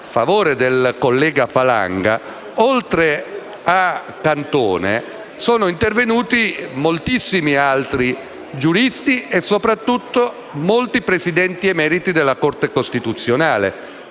beneficio del collega Falanga, che oltre a Cantone sono intervenuti moltissimi altri giuristi e, soprattutto, molti Presidenti emeriti della Corte costituzionale.